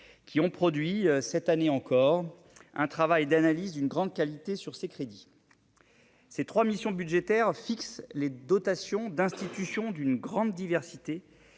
qui ont produit, cette année encore, un travail d'analyse d'une grande qualité sur ces crédits. Ces trois missions budgétaires fixent les dotations d'institutions d'une grande diversité,